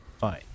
Fine